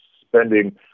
spending